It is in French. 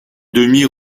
demi